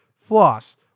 floss